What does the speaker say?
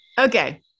Okay